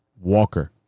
Walker